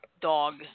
dog